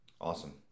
Awesome